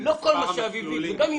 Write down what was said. גם אם